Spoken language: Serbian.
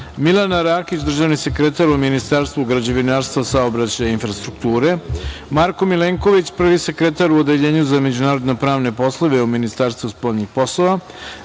Milana Rakić, državni sekretar u Ministarstvu građevinarstva, saobraćaja i infrastrukture, Marko Milenković, prvi sekretar u Odeljenju za međunarodnopravne poslove u Ministarstvu spoljnih poslova,